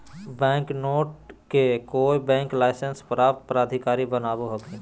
bank note के कोय bank licence प्राप्त प्राधिकारी बनावो हखिन